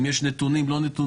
האם יש נתונים או אין נתונים?